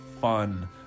fun